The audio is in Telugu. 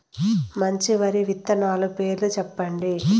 మంచి వరి విత్తనాలు పేర్లు చెప్పండి?